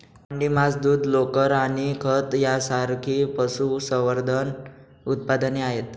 अंडी, मांस, दूध, लोकर आणि खत यांसारखी पशुसंवर्धन उत्पादने आहेत